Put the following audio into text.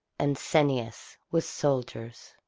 and ceneus, with soldiers.